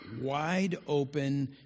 wide-open